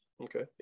Okay